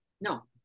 no